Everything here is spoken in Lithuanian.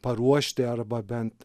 paruošti arba bent